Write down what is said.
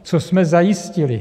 Co jsme zajistili?